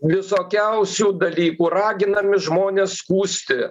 visokiausių dalykų raginami žmonės skųsti